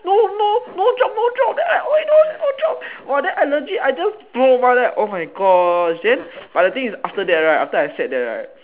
no no no drop no drop then I no no drop then !wah! then legit I just oh my gosh then but the thing is after that right after I sat that right